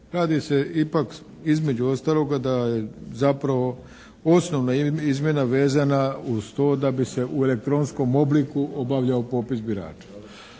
Radi se ipak između ostaloga da je zapravo osnovna izmjena vezana uz to da bi se u elektronskom obliku obavljao popis birača.